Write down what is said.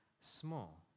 small